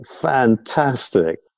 fantastic